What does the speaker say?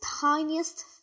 tiniest